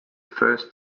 first